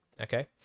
okay